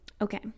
Okay